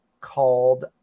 called